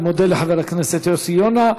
אני מודה לחבר הכנסת יוסי יונה.